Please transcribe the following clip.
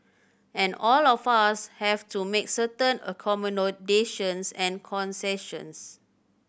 and all of us have to make certain and concessions